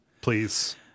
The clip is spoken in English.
Please